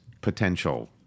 potential